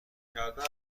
کرده